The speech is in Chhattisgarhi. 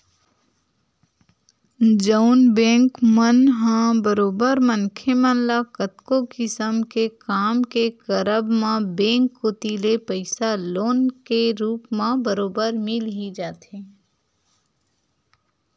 जउन बेंक मन ह बरोबर मनखे मन ल कतको किसम के काम के करब म बेंक कोती ले पइसा लोन के रुप म बरोबर मिल ही जाथे